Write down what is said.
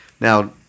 Now